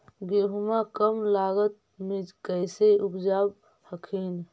गेहुमा कम लागत मे कैसे उपजाब हखिन?